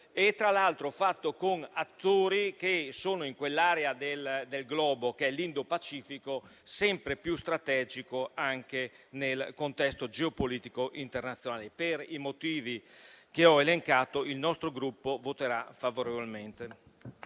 tra l'altro fatto con attori che sono in un'area del globo, l'Indo-Pacifico, sempre più strategica nel contesto geopolitico internazionale. Per i motivi che ho elencato, il nostro Gruppo voterà favorevolmente.